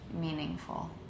meaningful